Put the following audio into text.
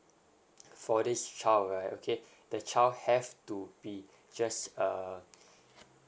for this child right okay the child have to be just err